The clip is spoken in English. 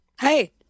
Hey